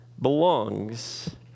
belongs